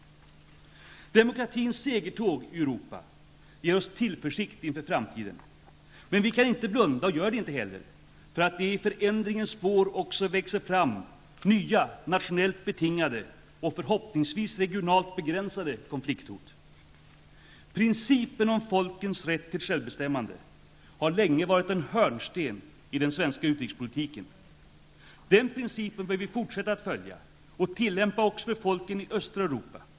Demokratins segertåg i Europa ger oss tillförsikt inför framtiden. Men vi blundar inte för att det i förändringens spår också växer fram nya, nationellt betingade och -- förhoppningsvis -- regionalt begränsade konflikthot. Principen om folkens rätt till självbestämmande har länge varit en hörnsten i den svenska utrikespolitiken. Den principen bör vi fortsätta att följa och tillämpa också för folken i östra Europa.